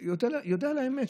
אודה על האמת,